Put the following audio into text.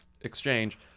exchange